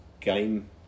game